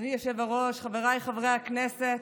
אדוני היושב-ראש, חבריי חברי הכנסת,